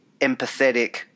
empathetic